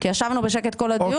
כי ישבנו בשקט כל הדיון.